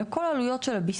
אלא כל העלויות של הביסוס,